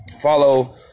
Follow